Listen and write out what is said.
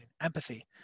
empathy